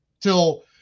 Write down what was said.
till